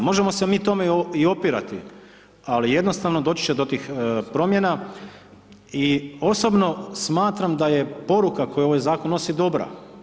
Možemo se mi tome i opirati, ali jednostavno doći će do tih promjena i osobno smatram da je poruka koju ovaj zakon nosi dobra.